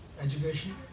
Education